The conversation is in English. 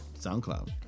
SoundCloud